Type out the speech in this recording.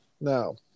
Now